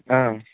اۭں